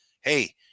hey